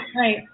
right